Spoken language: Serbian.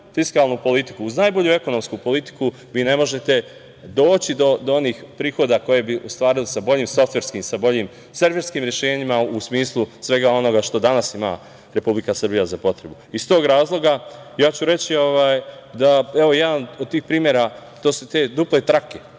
fiskalnu politiku, uz najbolju ekonomsku politiku vi ne možete doći do onih prihoda koje bi ostvarili sa boljim softverskim, sa boljim serverskim rešenjima u smislu svega onoga što danas ima Republika Srbija za potrebu. Iz tog razloga, reći ću jedan od tih primera, to su te duple trake